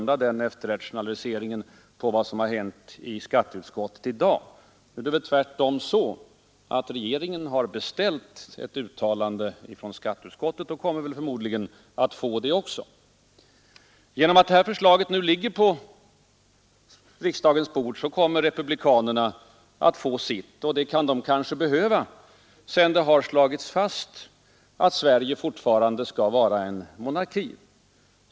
Det är väl tvärtom så att regeringen nu har beställt ett uttalande från skatteutskottet. Genom att detta förslag nu ligger på riksdagens bord kommer republikanerna att få sitt. Det kan de kanske behöva sedan det har slagits fast att Sverige fortfarande skall vara en monarki.